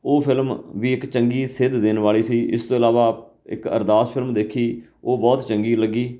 ਉਹ ਫਿਲਮ ਵੀ ਇੱਕ ਚੰਗੀ ਸੇਧ ਦੇਣ ਵਾਲੀ ਸੀ ਇਸ ਤੋਂ ਇਲਾਵਾ ਇੱਕ ਅਰਦਾਸ ਫਿਲਮ ਦੇਖੀ ਉਹ ਬਹੁਤ ਚੰਗੀ ਲੱਗੀ